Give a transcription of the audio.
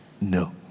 No